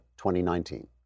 2019